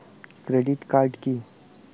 Credit card কি?